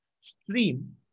stream